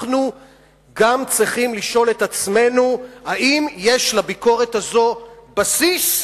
אנחנו גם צריכים לשאול את עצמנו האם יש לביקורת הזו בסיס,